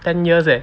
ten years leh